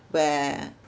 where